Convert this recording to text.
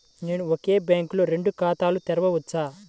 నేను ఒకే బ్యాంకులో రెండు ఖాతాలు తెరవవచ్చా?